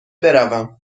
بروم